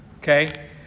Okay